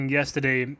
yesterday